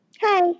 Hi